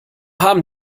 haben